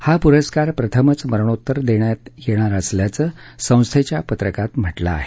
हा पुरस्कार प्रथमच मरणोत्तर देण्यात येणार असल्याचं संस्थेच्या पत्रकात म्हटलं आहे